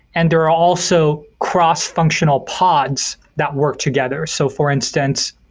and there are also cross-functional pods that work together. so for instance,